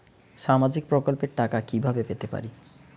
সামাজিক প্রকল্পের টাকা কিভাবে পেতে পারি?